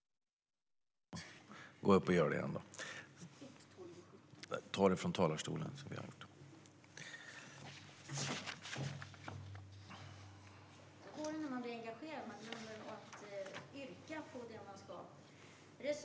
Jag yrkar bifall till reservationerna 1, 12 och 17.